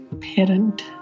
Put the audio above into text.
parent